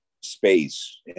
space